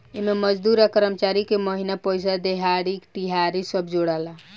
एमे मजदूर आ कर्मचारी के महिना के पइसा, देहाड़ी, तिहारी सब जोड़ाला